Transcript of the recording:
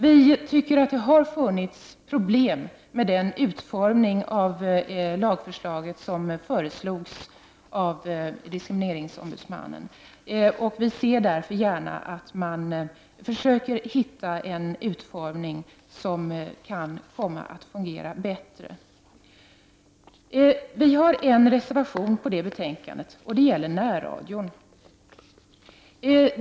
Vi tycker att det har funnits problem med den utformning av lagförslaget som framfördes av diskrimineringsombudsmannen, och vi ser därför gärna att en utformning som kan komma att fungera bättre tas fram. Vi har en reservation till det betänkandet, och det gäller närradion.